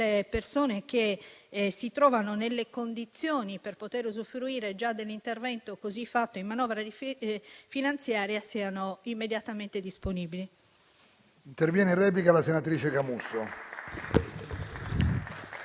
persone che si trovano nelle condizioni per poter usufruire già dell'intervento così fatto in manovra finanziaria siano immediatamente disponibili.